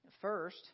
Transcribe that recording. First